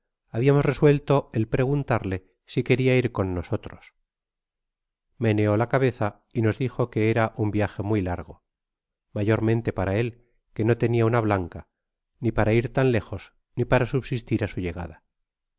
hablamos resuelto el preguntarle si queria ir con nosotros meneó la cabeza y nos dijo que era un viaje m uy largo mayormente para él que notente una blanc á ni para ir tan lejos ni para subsistir su llegada